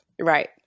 Right